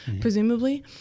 presumably